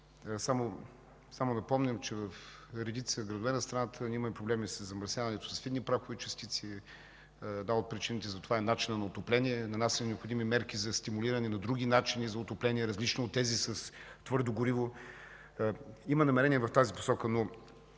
Само напомням, че в редица градове на страната имаме проблеми със замърсяването с фини прахови частици. Една от причините за това е начинът на отопление, който налага необходими мерки за стимулиране на други начини за отопление, различни от тези с твърдо гориво. Има намерения в тази посока.